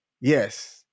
Yes